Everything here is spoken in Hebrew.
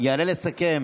יעלה לסכם